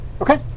Okay